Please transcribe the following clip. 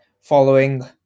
following